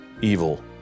evil